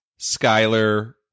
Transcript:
Skyler